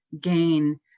gain